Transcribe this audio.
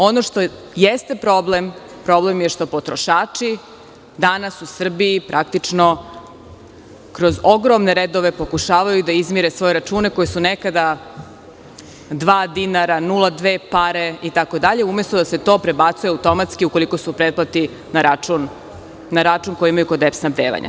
Ono što jeste problem, problem je što potrošači danas u Srbiji praktično kroz ogromne redove pokušavaju da izmire svoje račune, koji su nekada dva dinara, 0,2 pare, umesto da se to prebacuje automatski ukoliko se pretplati na račun koji imaju kod EPS snabdevanja.